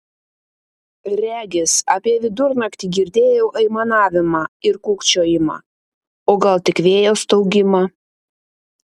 regis apie vidurnaktį girdėjau aimanavimą ir kūkčiojimą o gal tik vėjo staugimą